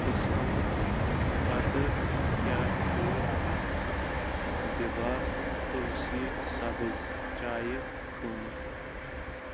Discount پتہٕ کیٛاہ چھُ دِبا تُلسی سبٕز چایہِ قۭمتھ؟